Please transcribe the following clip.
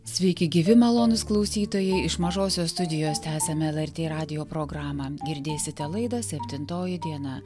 sveiki gyvi malonūs klausytojai iš mažosios studijos tęsiame lrt radijo programą girdėsite laidą septintoji diena